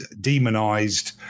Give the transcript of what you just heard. demonized